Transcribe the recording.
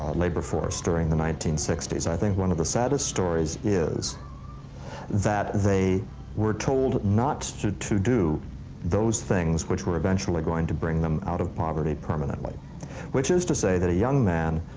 um labor force, during the nineteen sixty s, i think one of the saddest stories is that they were told not to to do those things which were eventually going to bring them out of poverty permanently which is to say that a young man,